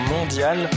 mondial